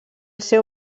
seu